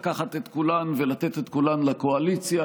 לקחת את כולן ולתת את כולן לקואליציה.